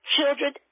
Children